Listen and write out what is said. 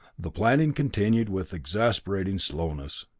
the planning continued with exasperating slowness.